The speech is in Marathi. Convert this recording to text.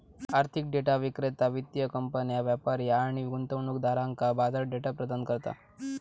आर्थिक डेटा विक्रेता वित्तीय कंपन्यो, व्यापारी आणि गुंतवणूकदारांका बाजार डेटा प्रदान करता